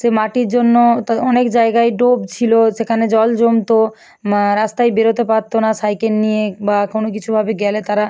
সে মাটির জন্য তো অনেক জায়গায় ডোব ছিল সেখানে জল জমতো রাস্তায় বেরোতে পারতো না সাইকেল নিয়ে বা কোনও কিছুভাবে গেলে তারা